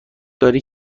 داری